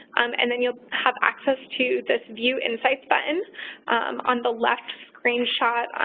um and then you'll have access to this view insights button on the left screenshot,